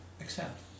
accept